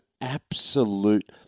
absolute